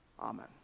Amen